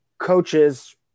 coaches